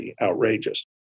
outrageous